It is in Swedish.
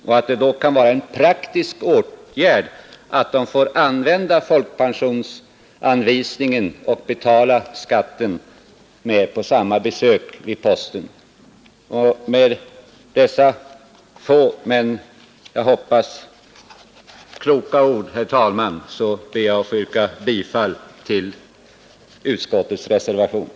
Det kan då vara en praktisk åtgärd att de får använda folkpensionsanvisningen och betala skatten med den vid samma besök på posten. Med dessa få men, hoppas jag, kloka ord ber jag, herr talman, att få yrka bifall till reservationen.